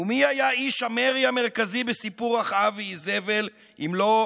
ומי היה איש המרי המרכזי בסיפור אחאב ואיזבל אם לא עובדיהו,